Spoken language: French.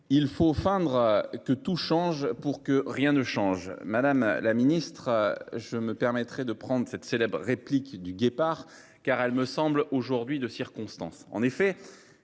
Il faut feindre que tout change pour que rien ne change. Madame la ministre, je me permettrai de prendre cette célèbre réplique du guépard car elle me semble aujourd'hui de circonstance en effet